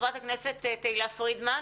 חברת הכנסת תהלה פרידמן,